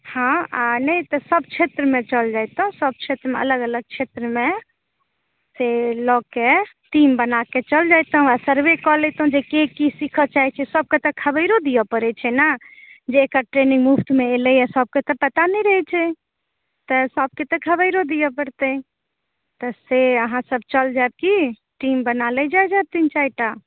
हाँ आ नहि तऽ सभ क्षेत्रमे चलि जैतहुँ सभ क्षेत्रमे अलग अलग क्षेत्रमे से लएके टीम बनाके चलि जैतहुँ आ सर्वे कए लएतहुँ जे केँ की सीखऽ चाहैत छै सभकेँ तऽ खबरिओ दीअऽ पड़य छै ने जेकर ट्रेनिङ्ग मुफ्तमे एलय हँ सभकेँ तऽ पता नहि रहए छै तऽ सभकेँ तऽ खबरिओ दीअऽ पड़तै तऽ से अहाँसभ चलि जाएब की टीम बना लए जाए जाउ तीन चारिटा